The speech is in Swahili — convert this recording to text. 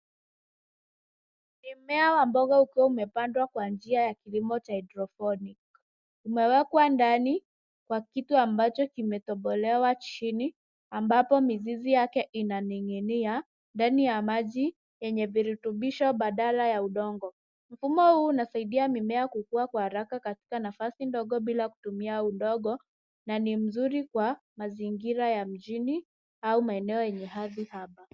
Ni mmea wa mboga ukiwa umepandwa kwa njia ya kilimo cha hydroponic . Umewekwa ndani kwa kitu ambacho kimetobolewa chini ambapo mizizi yake inaning'inia ndani ya maji yenye virutubisho badala ya udongo. Mfumo huu unasaidia mimea kukua kwa haraka katika nafasi ndogo bila kutumia udongo na ni mzuri kwa mazingira ya mjini au maeneo yenye ardhi haba.